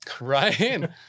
right